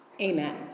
Amen